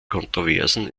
kontroversen